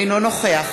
אינו נוכח